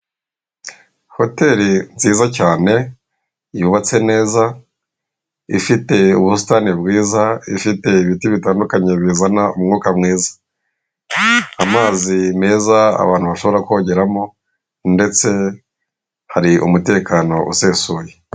Hoteli nziza cyane yubatse neza, ifite ubusitani bwiza, ifite ibiti bitandukanye bizana umwuka mwiza. Amazi meza abantu bashobora kogeramo, ndetse hari umutekano usesuye.